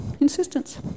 insistence